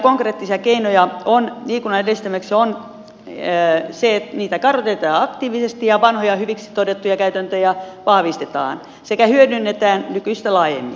yksi uusista konkreettisista keinoista liikunnan edistämiseksi on se että niitä kartoitetaan aktiivisesti ja vanhoja hyviksi todettuja käytäntöjä vahvistetaan sekä hyödynnetään nykyistä laajemmin